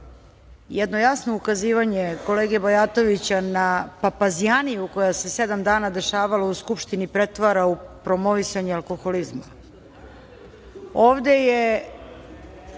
jedno jasno ukazivanje kolege Bulatovića na papazjaniju koja se sedam dana dešavala u Skupštini pretvara u promovisanje alkoholizma. Ovde